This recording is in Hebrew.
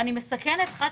אני מסכנת 1,